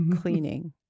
cleaning